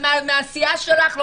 הוא מהסיעה שלך.